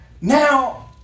Now